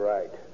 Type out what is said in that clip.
Right